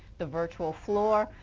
the vir chill floor.